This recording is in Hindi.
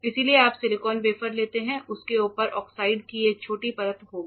इसलिए आप सिलिकॉन वेफर लेते हैं उसके ऊपर ऑक्साइड की एक छोटी परत होगी